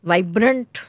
Vibrant